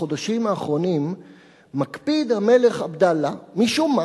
בחודשים האחרונים מקפיד המלך עבדאללה משום מה